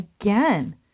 again